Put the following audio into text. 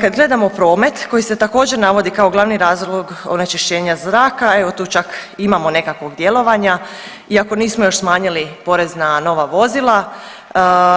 Kad gledamo promet koji se također navodi kao glavni razlog onečišćenja zraka evo tu čak imamo nekakvog djelovanja iako nismo još smanjili porez na nova vozila,